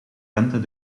rente